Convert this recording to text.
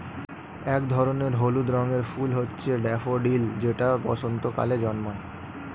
এক ধরনের হলুদ রঙের ফুল হচ্ছে ড্যাফোডিল যেটা বসন্তকালে জন্মায়